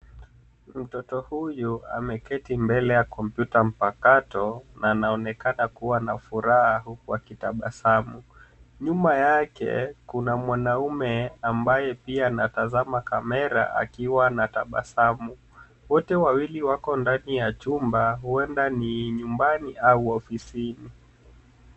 Mtoto huyu ameketi mbele ya kompyuta mpakato na anaonekana kuwa na furaha huku akitabasamu. Nyuma yake kuna mwanume ambaye pia anatazama kamera akiwa anatabasamu. Wote wawili wako ndani ya chumba huenda ni nyumbani au ofisini.